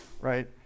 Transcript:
right